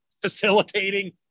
facilitating